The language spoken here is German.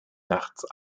nachts